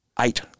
Eight